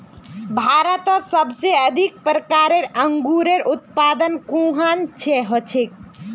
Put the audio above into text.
भारतत सबसे अधिक प्रकारेर अंगूरेर उत्पादन कुहान हछेक